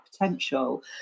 potential